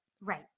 Right